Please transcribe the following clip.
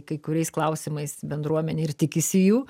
kai kuriais klausimais bendruomenė ir tikisi jų